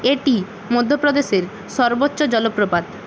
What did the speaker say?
এটি মধ্যপ্রদেশের সর্বোচ্চ জলপ্রপাত